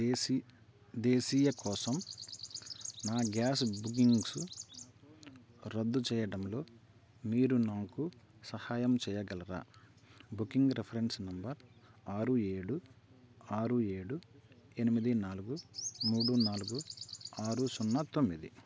దేశీ దేశీయ కోసం నా గ్యాస్ బుకింగ్సు రద్దు చేయడంలో మీరు నాకు సహాయం చేయగలరా బుకింగ్ రిఫరెన్స్ నంబర్ ఆరు ఏడు ఆరు ఏడు ఎనిమిది నాలుగు మూడు నాలుగు ఆరు సున్నా తొమ్మిది